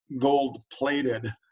gold-plated